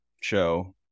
show